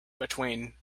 between